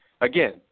again